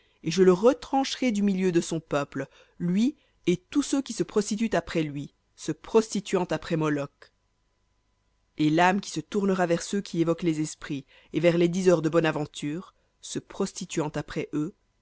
et je le retrancherai du milieu de son peuple lui et tous ceux qui se prostituent après lui se prostituant après moloc et l'âme qui se tournera vers ceux qui évoquent les esprits et vers les diseurs de bonne aventure se prostituant après eux